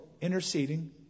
interceding